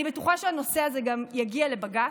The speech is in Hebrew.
אני בטוחה שהנושא הזה יגיע לבג"ץ,